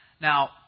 Now